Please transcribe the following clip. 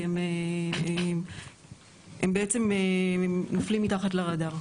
כי הם בעצם נופלים מתחת לרדאר.